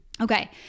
Okay